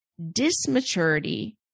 Dismaturity